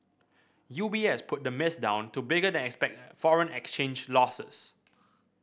U B S put the miss down to bigger than expected foreign exchange losses